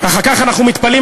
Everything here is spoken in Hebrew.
ואחר כך אנחנו מתפלאים,